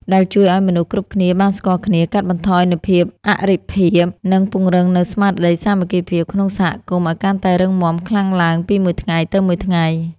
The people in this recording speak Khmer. ដែលជួយឱ្យមនុស្សគ្រប់គ្នាបានស្គាល់គ្នា កាត់បន្ថយនូវភាពអរិភាព និងពង្រឹងនូវស្មារតីសាមគ្គីភាពក្នុងសហគមន៍ឱ្យកាន់តែរឹងមាំខ្លាំងឡើងពីមួយថ្ងៃទៅមួយថ្ងៃ។